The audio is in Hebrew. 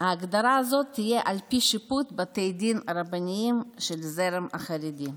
ההגדרה הזאת תהיה על פי שיפוט בתי דין רבניים של הזרם החרדי.